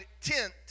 tent